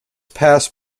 past